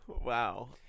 Wow